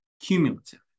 cumulative